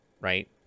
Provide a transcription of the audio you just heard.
right